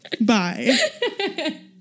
bye